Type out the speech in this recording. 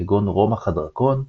כגון רומח הדרקון,